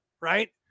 Right